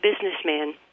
businessman